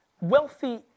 wealthy